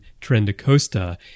Trendacosta